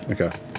Okay